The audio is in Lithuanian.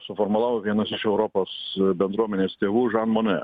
suformulavo vienas iš europos bendruomenės tėvų žan monė